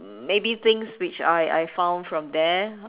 um maybe things which I I found from there